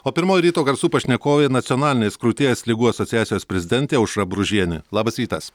o pirmoji ryto garsų pašnekovė nacionalinės krūties ligų asociacijos prezidentė aušra bružienė labas rytas